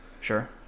Sure